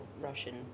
Russian